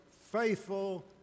faithful